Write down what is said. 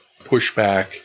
pushback